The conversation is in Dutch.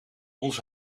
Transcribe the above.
ons